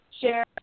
share